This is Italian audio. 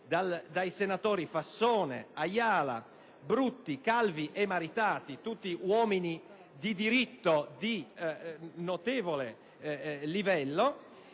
dai senatori Fassone, Ayala, Brutti, Calvi e Maritati, tutti uomini di diritto di notevole livello.